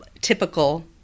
typical